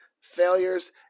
failures